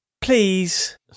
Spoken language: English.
please